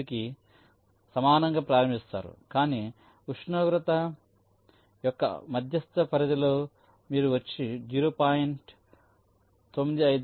8 కి సమానంగా ప్రారంభిస్తారు కానీ ఉష్ణోగ్రత యొక్క మధ్యస్థ పరిధిలో మీరు దీన్ని 0